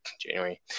January